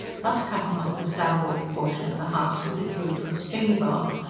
thus cutting off the slab-walled portion of the house, with its roof of stringy-bark,